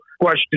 question